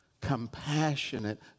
compassionate